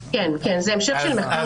כן, זה המשך של מחקר בבריטניה.